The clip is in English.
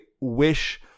wish